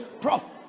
prof